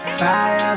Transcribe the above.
fire